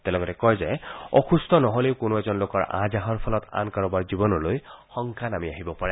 তেওঁ লগতে কয় যে অসুস্থ নহ'লেও কোনো এজন লোকৰ আহ যাহৰ ফলত আন কাৰোবাৰ জীৱনলৈও শংকা নামি আহিব পাৰে